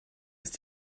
ist